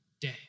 day